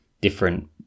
different